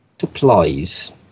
supplies